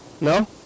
No